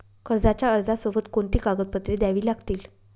कर्जाच्या अर्जासोबत कोणती कागदपत्रे द्यावी लागतील?